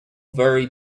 very